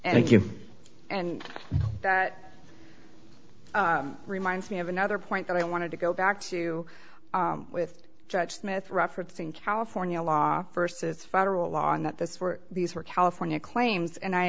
again and that reminds me of another point that i wanted to go back to with judge smith referencing california law versus federal law and that this were these were california claims and i